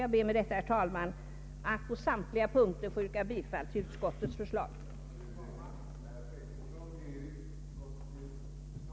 Jag ber med detta, herr talman, att få yrka bifall till utskottets hemställan på samtliga punkter.